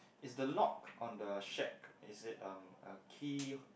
is the lock on the shack is it um a key